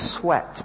sweat